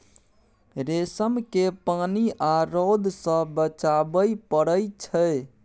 रेशम केँ पानि आ रौद सँ बचाबय पड़इ छै